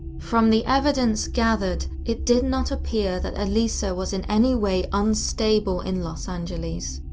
from the evidence gathered, it did not appear that elisa was in anyway unstable in los angeles.